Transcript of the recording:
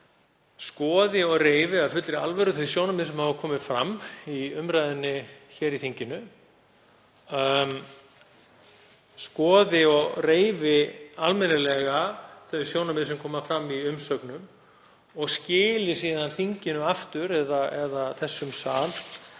skoði og reifi af fullri alvöru þau sjónarmið sem hafa komið fram í umræðum hér í þinginu, skoði og reifi almennilega þau sjónarmið sem koma fram í umsögnum og skili síðan þinginu, eða þessum sal,